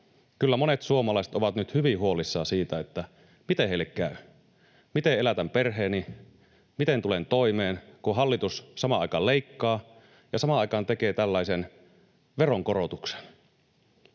Kyllä monet suomalaiset ovat nyt hyvin huolissaan siitä, miten heille käy: Miten elätän perheeni? Miten tulen toimeen, kun hallitus samaan aikaan leikkaa ja samaan aikaan tekee tällaisen veronkorotuksen?